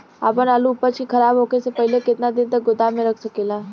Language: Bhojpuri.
आपन आलू उपज के खराब होखे से पहिले केतन दिन तक गोदाम में रख सकिला?